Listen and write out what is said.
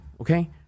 Okay